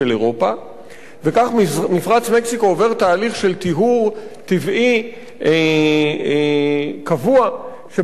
וכך מפרץ מקסיקו עובר תהליך של טיהור טבעי קבוע שבים התיכון לא מתרחש.